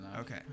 Okay